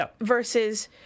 versus